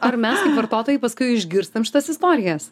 ar mes kaip vartotojai paskui išgirstam šitas istorijas